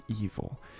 evil